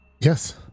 Yes